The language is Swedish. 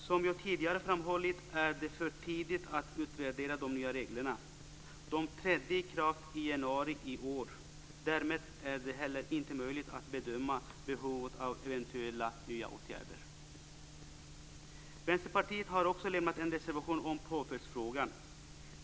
Som jag tidigare framhållit är det för tidigt att utvärdera de nya reglerna. De trädde i kraft den 1 januari i år. Därmed är det inte heller möjligt att bedöma behovet av eventuella nya åtgärder. Vänsterpartiet har också en reservation om påföljden.